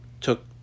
took